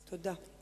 תודה.